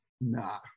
nah